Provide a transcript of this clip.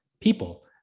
people